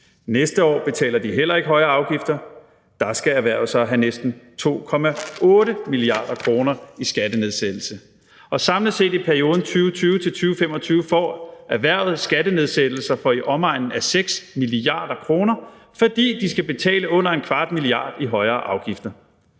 Næste år betaler de heller ikke højere afgifter, og der skal erhvervet så have næsten 2,8 mia. kr. i skattenedsættelse. Samlet set i perioden 2020-2025 får erhvervet skattenedsættelser for i omegnen af 6 mia. kr., fordi de skal betale under 0,25 mia. kr. i højere afgifter.